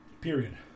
period